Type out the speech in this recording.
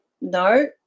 No